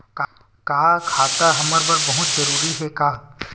का खाता हमर बर बहुत जरूरी हे का?